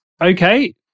Okay